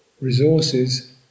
resources